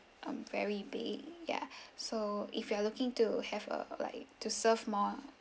um very big ya so if you're looking to have a like to serve more